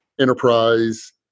enterprise